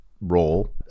role